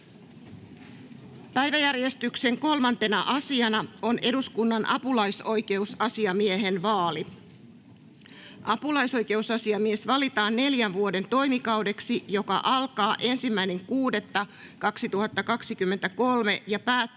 Päiväjärjestyksen 3. asiana on eduskunnan apulais-oikeusasiamiehen vaali. Apulaisoikeusasiamies valitaan neljän vuoden toimikaudeksi, joka alkaa 1.6.2023 ja päättyy